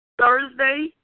Thursday